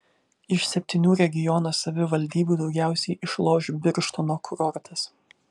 iš septynių regiono savivaldybių daugiausiai išloš birštono kurortas